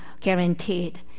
guaranteed